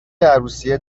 عروسی